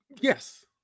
Yes